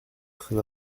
très